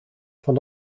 van